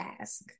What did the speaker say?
ask